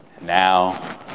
Now